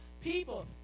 people